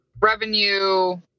Revenue